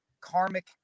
karmic